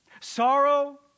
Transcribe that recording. sorrow